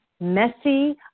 messy